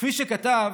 כפי שכתב: